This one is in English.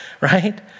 right